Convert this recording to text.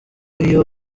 iyo